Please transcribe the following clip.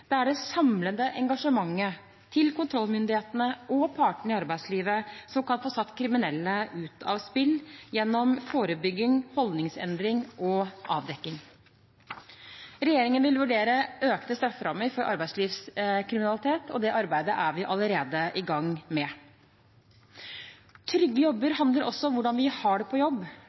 er det samlede engasjementet til kontrollmyndighetene og partene i arbeidslivet som kan få satt kriminelle ut av spill gjennom forebygging, holdningsendring og avdekking. Regjeringen vil vurdere økte strafferammer for arbeidslivskriminalitet, og det arbeidet er vi allerede i gang med. Trygge jobber handler også om hvordan vi har det på jobb.